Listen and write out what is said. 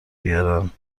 بیارن